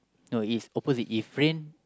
no is opposite if rain